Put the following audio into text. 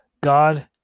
God